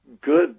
good